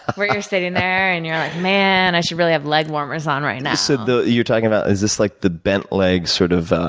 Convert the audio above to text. where you're sitting there, and you're like, man, i should really have leg warmers on right now. so, you're talking about is this like the bent leg sort of